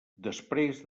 després